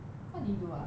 what did he do ah